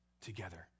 together